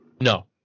No